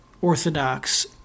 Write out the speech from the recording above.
Orthodox